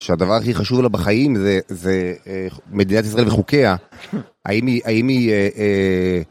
שהדבר הכי חשוב לה בחיים זה-זה... מדינת ישראל וחוקיה. האם היא- האם היא אה...